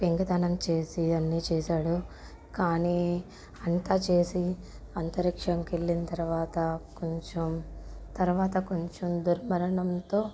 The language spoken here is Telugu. పెంకితనం చేసి అన్నీ చేసాడు కానీ అంతా చేసి అంతరిక్షంకెళ్ళిన తర్వాత కొంచెం తర్వాత కొంచెం దుర్మరణంతో